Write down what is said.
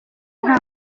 nta